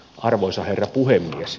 arvoisa herra puhemies